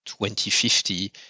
2050